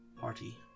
party